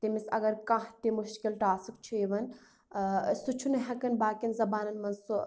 تٔمس اگر کانٛہہ تہِ مشکل ٹاسٕک چھِ یوان ٲں سُہ چھُنہٕ ہیٚکان باقین زبانن مَنٛز سُہ